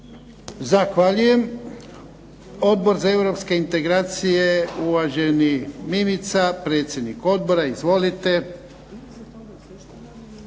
Zahvaljujem. Odbor za europske integracije, uvaženi Mimica, predsjednik odbora. Izvolite.